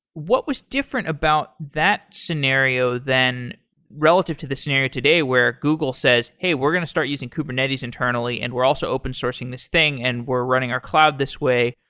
what was different about that scenario than relative to the scenario today where google says, hey, we're going to start using kubernetes internally and we're also open sourcing this thing and we're running our cloud this way.